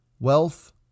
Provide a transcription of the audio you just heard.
Wealth